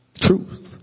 truth